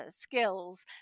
skills